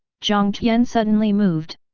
jiang tian suddenly moved.